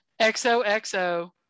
XOXO